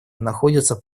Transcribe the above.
находятся